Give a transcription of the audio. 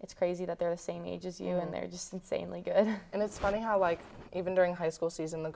it's crazy that they're the same age as you and they're just insanely good and it's funny how like even during high school season the